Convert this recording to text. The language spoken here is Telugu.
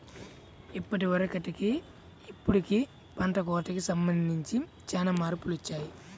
ఇదివరకటికి ఇప్పుడుకి పంట కోతకి సంబంధించి చానా మార్పులొచ్చాయ్